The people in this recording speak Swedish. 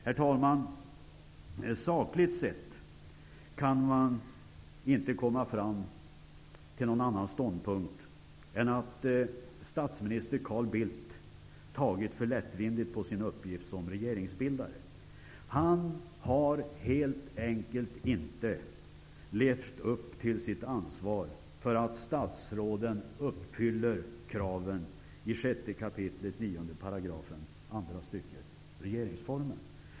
Herr talman! Sakligt sett kan man inte komma till någon annan ståndpunkt än att statsminister Carl Bildt tagit för lätt på sin uppgift som regeringsbildare. Han har helt enkelt inte levt upp till sitt ansvar för att statsråden uppfyller kraven i 6 kap. 9 § andra stycket i regeringsformen.